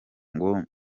ngo